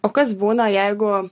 o kas būna jeigu